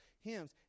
hymns